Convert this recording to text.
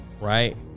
Right